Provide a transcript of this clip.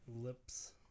lips